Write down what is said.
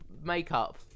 makeup